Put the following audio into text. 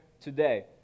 today